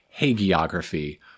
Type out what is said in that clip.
hagiography